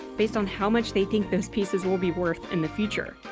based on how much they think those pieces will be worth in the future.